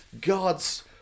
God's